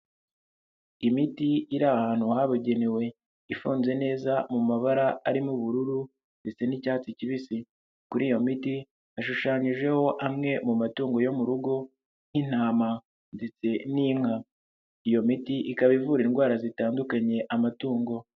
Imiti iri ahantu habugenewe ifunze neza mu mabara arimo ubururu ndetse n'icyatsi kibisi, kuri iyo miti hashushanyijeho amwe mu matungo yo mu rugo nk'intama ndetse n'inka, iyo miti ikaba ivura indwara zitandukanye amatungo.